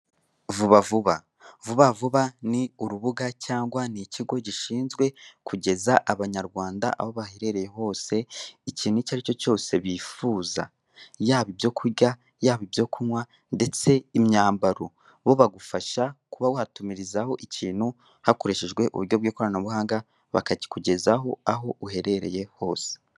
Vuba vuba, vuba vuba ni urubuga cyangwa n'ikigo gishinzwe kugeza abanyarwanda aho baherereye hose ikintu icyo ari cyo cyose bifuza, yaba ibyoku kurya, yaba ibyo kunywa ndetse imyambaro, bo bagufasha kuba watumirizaho ikintu hakoreshejwe uburyo bw'iranabuhanga bakakikugezaho aho uherereye hose.